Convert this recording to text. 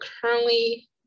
currently